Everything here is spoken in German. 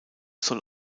soll